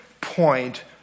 point